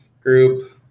group